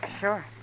sure